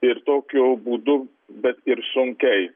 ir tokiu būdu bet ir sunkiai